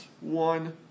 one